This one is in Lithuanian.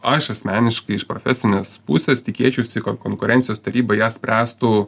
aš asmeniškai iš profesinės pusės tikėčiausi kad konkurencijos taryba ją spręstų